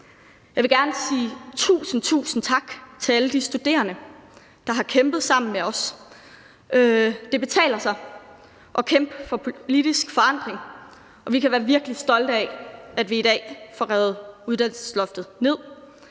Jeg vil gerne sige tusind, tusind tak til alle de studerende, der har kæmpet sammen med os. Det betaler sig at kæmpe for politisk forandring, og vi kan være virkelig stolte af, at vi i dag får revet uddannelsesloftet ned.